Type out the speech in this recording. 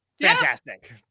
Fantastic